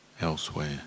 elsewhere